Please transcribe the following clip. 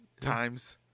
times